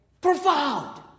Profound